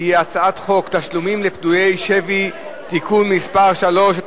שהיא הצעת חוק תשלומים לפדויי שבי (תיקון מס' 3),